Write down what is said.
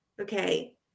Okay